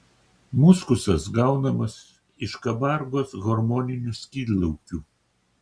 muskusas gaunamas iš kabargos hormoninių skydliaukių